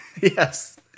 Yes